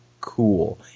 cool